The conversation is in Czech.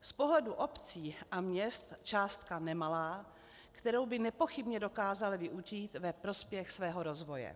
Z pohledu obcí a měst částka nemalá, kterou by nepochybně dokázaly využít ve prospěch svého rozvoje.